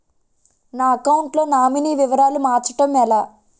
నా అకౌంట్ లో నామినీ వివరాలు మార్చటం ఎలా?